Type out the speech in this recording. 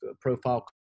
profile